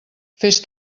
fes